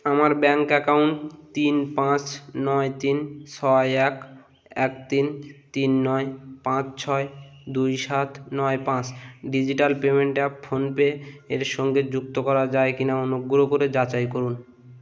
আমার bank account তিন পাঁচ নয় তিন ছয় এক এক তিন তিন নয় পাঁচ ছয় দুই সাত নয় পাঁচ ডিজিটাল পেমেন্ট অ্যাপ ফোন পের সঙ্গে যুক্ত করা যায় কি না অনুগ্রহ করে যাচাই করুন